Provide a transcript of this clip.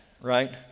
right